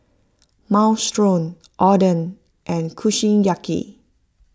Minestrone Oden and Kushiyaki